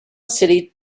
city